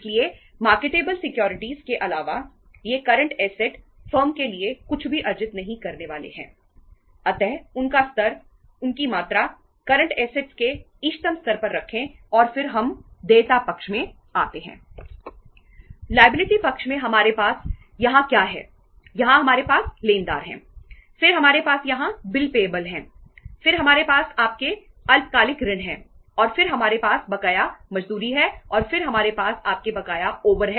इसलिए marketable securities के इष्टतम स्तर पर रखें और फिर हम देयता पक्ष में आते हैं